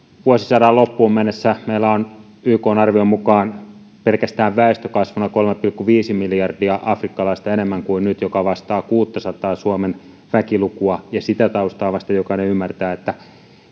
vuosisadan loppuun mennessä ykn arvion mukaan pelkästään väestönkasvuna kolme pilkku viisi miljardia afrikkalaista enemmän kuin nyt mikä vastaa kuuttasataa suomen väkilukua ja sitä taustaa vasten jokainen ymmärtää että